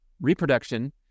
reproduction